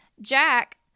Jack